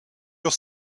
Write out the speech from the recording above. your